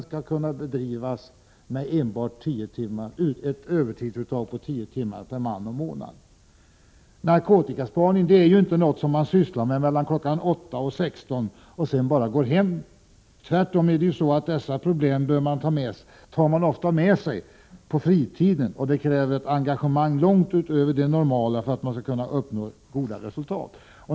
Är avsikten att verksamheten skall kunna bedrivas med ett övertidsuttag på enbart tio timmar per man och månad? Narkotikaspaning är inte någonting som man sysslar med mellan kl. 8 och 16 och sedan bara går hem. Tvärtom tar narkotikapoliserna ofta med sig problemen på fritiden. Detta arbete kräver ett engagemang långt utöver det normala för att man skall kunna nå goda resultat.